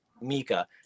Mika